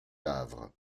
havre